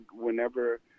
whenever